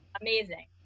amazing